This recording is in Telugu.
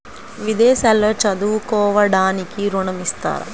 విదేశాల్లో చదువుకోవడానికి ఋణం ఇస్తారా?